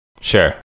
Sure